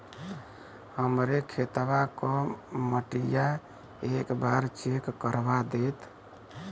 हमरे खेतवा क मटीया एक बार चेक करवा देत?